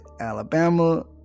Alabama